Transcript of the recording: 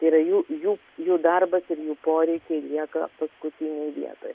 yra jų jų jų darbas ir jų poreikiai lieka paskutinėj vietoj